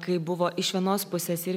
kai buvo iš vienos pusės ir